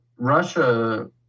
Russia